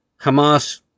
Hamas